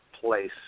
place